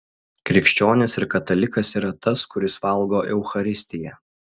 krikščionis ir katalikas yra tas kuris valgo eucharistiją